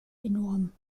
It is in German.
enorm